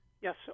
Yes